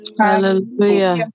Hallelujah